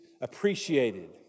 appreciated